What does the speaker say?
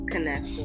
Connect